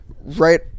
Right